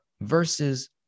versus